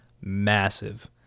massive